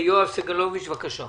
יואב סגלוביץ', בבקשה.